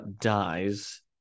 dies